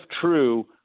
true